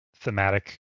thematic